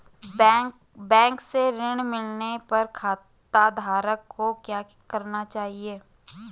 Bank से ऋण मिलने पर खाताधारक को क्या करना चाहिए?